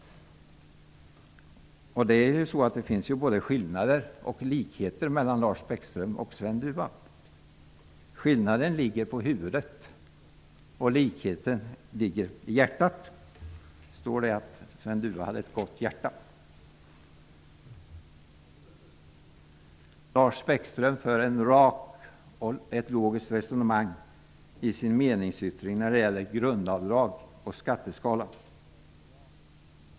Det finns ju både skillnader och likheter mellan Lars Bäckström och Sven Dufva. Skillnaden ligger på huvudet och likheten ligger i hjärtat -- Sven Dufva hade ett gott hjärta. Lars Bäckström för ett rakt och logiskt resonemang i sin meningsyttring när det gäller grundavdrag och skatteskalan.